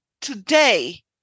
today